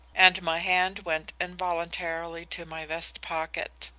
and my hand went involuntarily to my vest pocket.